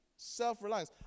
Self-reliance